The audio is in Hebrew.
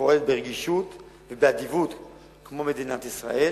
שפועלת ברגישות ובאדיבות כמו מדינת ישראל.